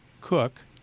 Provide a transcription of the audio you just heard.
Cook